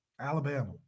Alabama